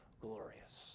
Glorious